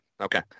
Okay